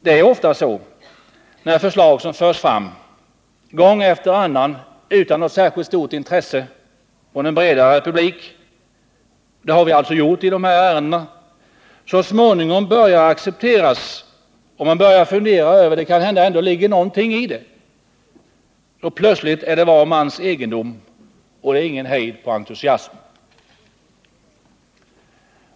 Det är ofta så att när man — som vi inom centern gjort i dessa ärenden — gång efter annan för fram förslag utan att dessa röner något särskilt stort intresse från en bredare publik, men där en och annan börjar fundera över om det kanske ligger något i dem, så är de plötsligt var mans egendom, och det är ingen hejd på entusiasmen.